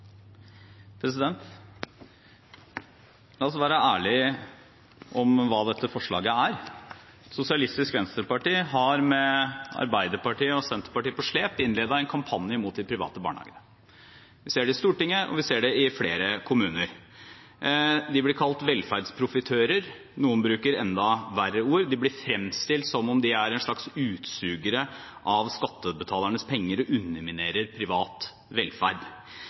Senterpartiet på slep innledet en kampanje mot de private barnehagene. Vi ser det i Stortinget, og vi ser det i flere kommuner. De blir kalt velferdsprofitører, noen bruker enda verre ord. De blir fremstilt som om de er en slags utsugere av skattebetalernes penger og underminerer privat velferd.